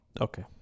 okay